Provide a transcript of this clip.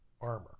armor